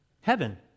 heaven